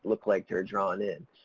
look like they're drawn in.